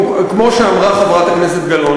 כמו שאמרה חברת הכנסת גלאון,